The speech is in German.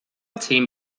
zehn